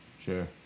Sure